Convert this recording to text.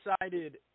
decided